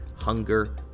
hunger